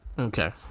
Okay